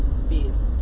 space